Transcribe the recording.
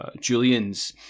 Julian's